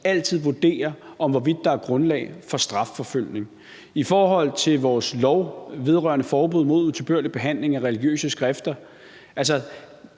altid vurderer om hvorvidt der er grundlag for strafforfølgning for. I forhold til vores lov vedrørende forbud mod utilbørlig behandling af religiøse skrifter: